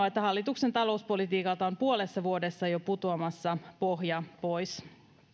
että hallituksen talouspolitiikalta on puolessa vuodessa jo putoamassa pohja pois